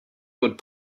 what